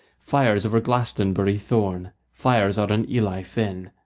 fires over glastonbury thorn fires out on ely fen.